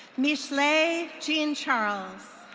mishlai jean charles.